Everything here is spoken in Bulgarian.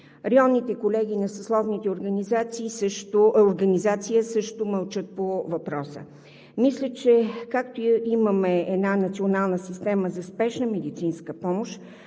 Районните колегии на съсловните организации също мълчат по въпроса. Мисля, че както имаме Национална система за спешна медицинска помощ,